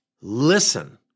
listen